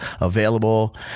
available